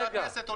אני